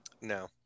No